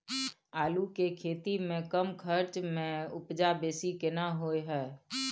आलू के खेती में कम खर्च में उपजा बेसी केना होय है?